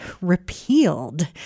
repealed